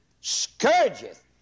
scourgeth